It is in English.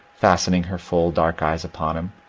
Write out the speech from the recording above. fastening her full dark eyes upon him.